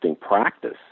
practice